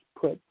put